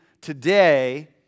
today